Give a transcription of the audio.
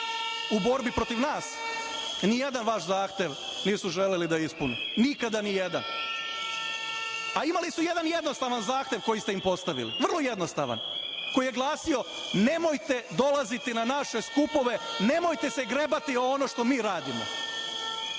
u borbi protiv nas nijedan vaš zahtev nisu želeli da ispune nikada nijedan? Imali su jedan jednostavan zahtev koji ste im postavili, vrlo jednostavan koji je glasio - nemojte dolaziti na naše skupove, nemojte se grebati o ono što mi radimo,